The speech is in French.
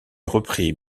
repris